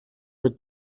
reg